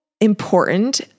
important